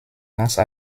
lance